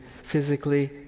Physically